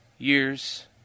Years